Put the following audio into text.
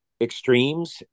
extremes